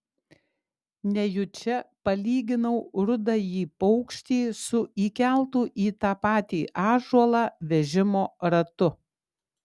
nejučia palyginau rudąjį paukštį su įkeltu į tą patį ąžuolą vežimo ratu